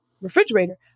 refrigerator